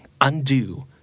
undo